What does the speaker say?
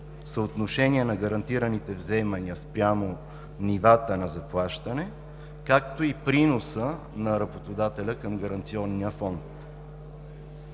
съотношение на гарантираните вземания спрямо нивата на заплащане, както и приноса на работодателя към Гаранционния фонд.